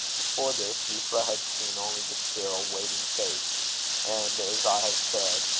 before this, euphra had seen only the still waiting face and, as i have said,